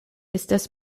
estas